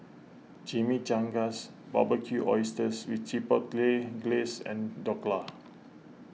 Chimichangas Barbecued Oysters with Chipotle Glaze and Dhokla